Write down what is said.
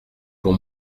pour